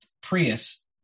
Prius